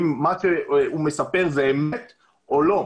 האם מה שהוא מספר זאת אמת או לא.